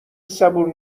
صبور